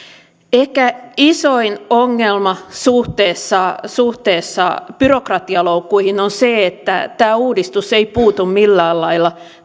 ehkä isoin ongelma suhteessa suhteessa byrokratialoukkuihin on se että tämä uudistus ei puutu millään lailla